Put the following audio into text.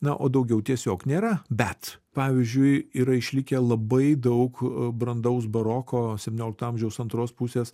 na o daugiau tiesiog nėra bet pavyzdžiui yra išlikę labai daug brandaus baroko septyniolikto amžiaus antros pusės